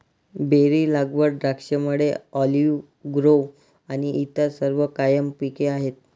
berry लागवड, द्राक्षमळे, olive grove आणि इतर सर्व कायम पिके आहेत